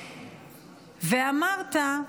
ואמרת: